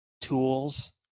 tools